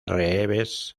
reeves